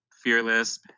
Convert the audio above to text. Fearless